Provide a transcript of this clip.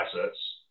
assets